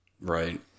Right